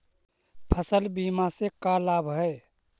फसल बीमा से का लाभ है?